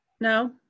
No